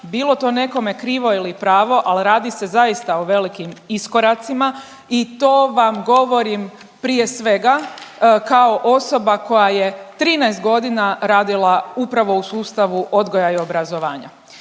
bilo to nekome krivo ili pravo, ali radi se zaista o velikim iskoracima i to vam govorim prije svega, kao osoba koja je 13 godina radila upravo u sustavu odgoja i obrazovanja.